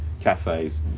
cafes